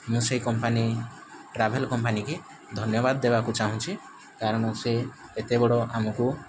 ମୁଁ ସେଇ company travel କମ୍ପାନୀକି ଧନ୍ୟବାଦ ଦେବାକୁ ଚାଁହୁଛି କାରଣ ସେ ଏତେ ବଡ଼ ଆମକୁ